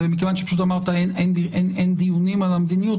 מכיוון שפשוט אמרת שאין דיונים על המדיניות,